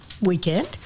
weekend